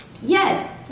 yes